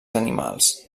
animals